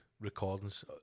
recordings